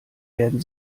werden